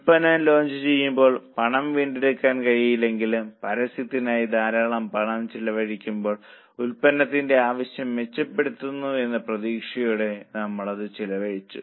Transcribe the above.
ഉൽപ്പന്നം ലോഞ്ച് ചെയ്യുമ്പോൾ പണം വീണ്ടെടുക്കാൻ കഴിയില്ലെങ്കിലും പരസ്യത്തിനായി ധാരാളം പണം ചിലവഴിക്കുമ്പോൾ ഉൽപ്പന്നത്തിന്റെ ആവശ്യം മെച്ചപ്പെടുത്തുമെന്ന പ്രതീക്ഷയോടെ നമ്മൾ അത് ചെലവഴിച്ചു